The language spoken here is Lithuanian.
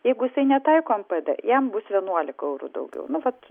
jeigu jisai netaiko npd jam bus vienuolika eurų daugiau nu vat